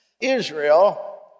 Israel